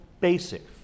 basic